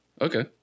Okay